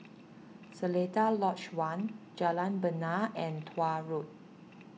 Seletar Lodge one Jalan Bena and Tuah Road